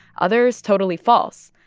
others totally false.